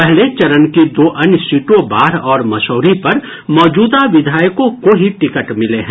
पहले चरण की दो अन्य सीटों बाढ और मसौढी पर मौजूदा विधायकों को ही टिकट मिले हैं